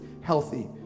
healthy